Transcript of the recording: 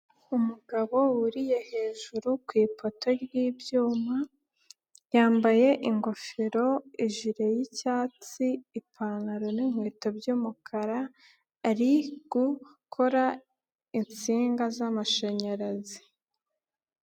Umugabo wuriye hejuru ku ipota ry'ibyuma, yambaye ingofero, ijire y'icyatsi, ipantaro n'inkweto by'umukara, ari gukora insinga z'amashanyarazi.